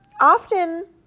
often